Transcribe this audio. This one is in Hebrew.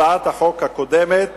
הצעת החוק הקודמת